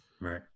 Right